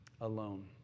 alone